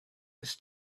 was